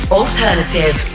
alternative